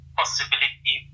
possibility